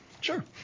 Sure